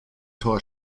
tor